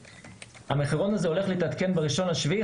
המחירון הזה הולך להתעדכן ב-1 ביולי.